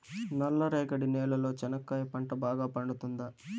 నల్ల రేగడి నేలలో చెనక్కాయ పంట బాగా పండుతుందా?